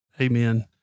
Amen